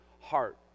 heart